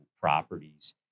properties